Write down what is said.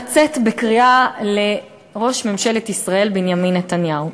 אני רוצה לצאת בקריאה לראש ממשלת ישראל בנימין נתניהו: